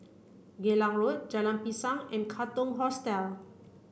Geylang Road Jalan Pisang and Katong Hostel